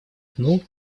дну